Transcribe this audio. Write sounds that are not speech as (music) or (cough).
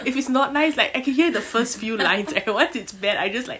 if it's not nice like I can hear in the first few lines (noise) once it's bad I just like